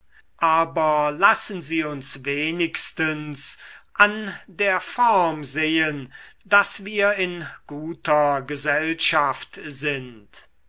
aber lassen sie uns wenigstens ab der form sehen daß wir in guter gesellschaft sind